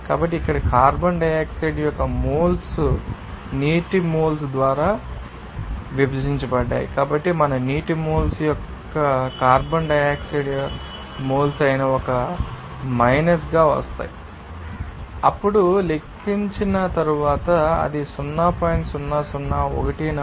కాబట్టి ఇక్కడ carbon dioxide యొక్క మోల్స్ నీటి మోల్స్ ద్వారా విభజించబడ్డాయి కాబట్టి మన నీటి మోల్స్ కార్బన్ డయాక్సైడ్ యొక్క మోల్స్ అయిన ఒక మైనస్గా వస్తాయి అప్పుడు లెక్కించిన తరువాత అది 0